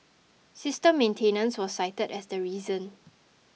system maintenance was cited as the reason